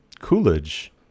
Coolidge